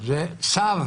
זה צו